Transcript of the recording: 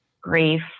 grief